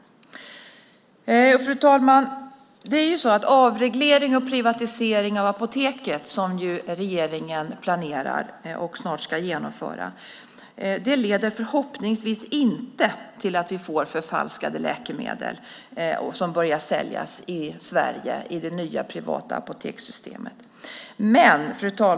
Fru talman! Den avreglering och privatisering av Apoteket som regeringen planerar och snart ska genomföra leder förhoppningsvis inte till att förfalskade läkemedel börjar säljas i det nya privata apotekssystemet i Sverige.